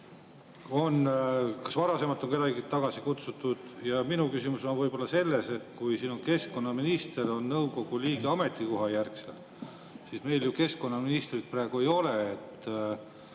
kas varasemalt on kedagi tagasi kutsutud? Minu küsimus on selles, et kui keskkonnaminister on nõukogu liige ametikohajärgselt, siis meil ju keskkonnaministrit praegu ei ole.